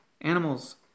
Animals